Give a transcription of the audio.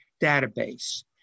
database